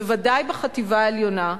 בוודאי בחטיבה העליונה,